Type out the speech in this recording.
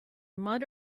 mud